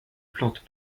plantes